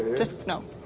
just, no.